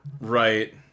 Right